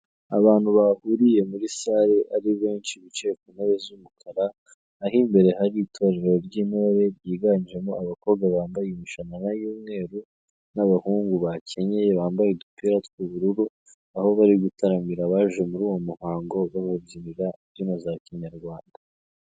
Abantu bahuriye muri salle ari benshi bicaye ku ntebe z'umukara, aho imbere hari itorero ry'intore ryiganjemo abakobwa bambaye imishanana y'umweru n'abahungu bakenyeye bambaye udupira tw'ubururu. Aho bari gutaramira abaje muri uwo muhango bababyinira imbyino za Kinyarwanda.